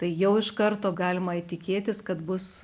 tai jau iš karto galima tikėtis kad bus